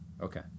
Okay